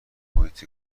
محیط